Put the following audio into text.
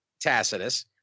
Tacitus